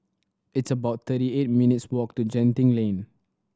it's about thirty eight minutes' walk to Genting Lane